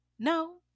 No